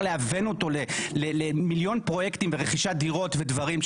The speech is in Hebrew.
להוון אותו למיליון פרויקטים ורכישת דיור ודברים,